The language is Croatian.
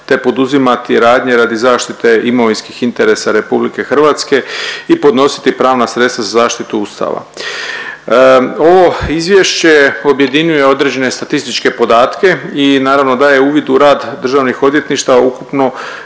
te poduzimati radnje radi zaštite imovinskih interesa RH i podnositi pravna sredstva za zaštitu Ustava. Ovo izvješće objedinjuje određene statističke podatke i naravno daje uvid u rad državnih odvjetništava ukupno,